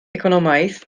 economaidd